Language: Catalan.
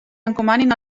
encomanin